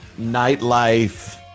nightlife